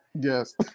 yes